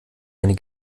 eine